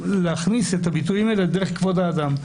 להכניס את הביטויים האלה דרך כבוד האדם.